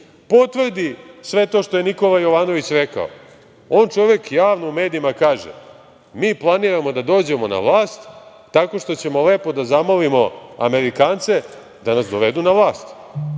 potvrdi sve to što je Nikola Jovanović rekao. On čovek javno u medijima kaže – mi planiramo da dođemo na vlast tako što ćemo lepo da zamolimo Amerikance da nas dovedu na vlast. Koja